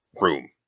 room